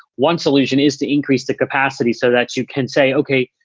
one solution is to increase the capacity so that you can say, ok,